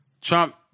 Trump